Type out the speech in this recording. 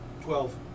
Twelve